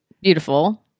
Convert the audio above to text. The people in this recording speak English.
Beautiful